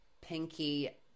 pinky